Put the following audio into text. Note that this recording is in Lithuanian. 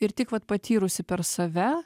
ir tik vat patyrusi per save